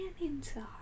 inside